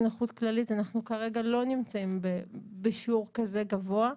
בנכות כללית אנחנו כרגע לא נמצאים בשיעור כזה גבוה.